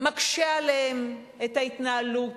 מקשה עליהם את ההתנהלות,